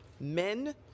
Men